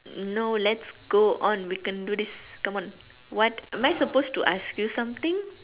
no let's go on we can do this come on what am I suppose to ask you something